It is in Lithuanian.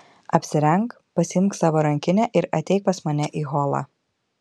apsirenk pasiimk savo rankinę ir ateik pas mane į holą